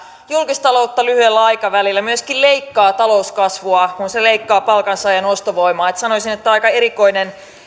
julkistaloutta lyhyellä aikavälillä myöskin leikkaa talouskasvua kun se leikkaa palkansaajan ostovoimaa sanoisin että aika erikoinen